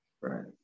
right